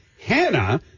Hannah